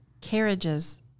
carriages